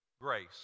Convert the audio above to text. Grace